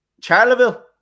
Charleville